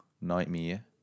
Nightmare